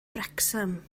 wrecsam